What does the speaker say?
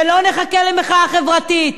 ולא נחכה למחאה חברתית.